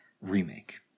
remake